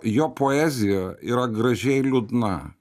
jo poezija yra gražiai liūdna